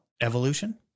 Evolution